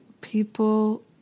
people